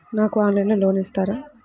నాకు ఆన్లైన్లో లోన్ ఇస్తారా?